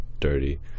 Dirty